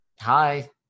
Hi